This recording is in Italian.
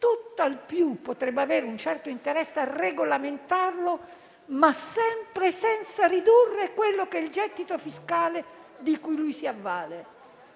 tutt'al più potrebbe avere un certo interesse a regolamentarlo, ma sempre senza ridurre il gettito fiscale di cui si avvale.